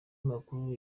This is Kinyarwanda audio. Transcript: makuru